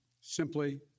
Simply